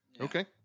Okay